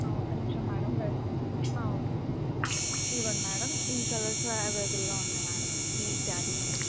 ఒక్క నిమిషం మేడం వేస్తున్న ఓకే ఇదిగోండి మేడం ఈ కలర్స్ అవైలబుల్గా ఉన్నాయి మేడం ఈ శారీస్లో